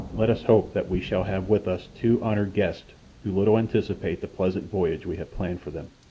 let us hope that we shall have with us two honoured guests who little anticipate the pleasant voyage we have planned for them.